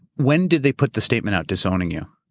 when did they put the statement out disowning you?